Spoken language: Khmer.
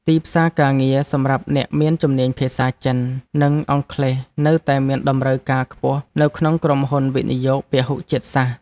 ទីផ្សារការងារសម្រាប់អ្នកមានជំនាញភាសាចិន និងអង់គ្លេសនៅតែមានតម្រូវការខ្ពស់នៅក្នុងក្រុមហ៊ុនវិនិយោគពហុជាតិសាសន៍។